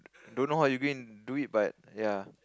don't know how you go and do it but ya